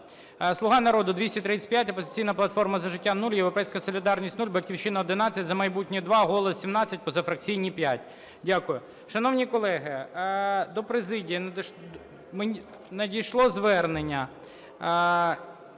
"Слуга народу" – 235, "Опозиційна платформа – За життя" – 0, "Європейська солідарність" – 0, "Батьківщина" – 11, "За майбутнє" – 2, "Голос" – 17, позафракційні – 5. Дякую. Шановні колеги, до президії надійшло звернення.